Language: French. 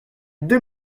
deux